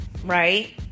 Right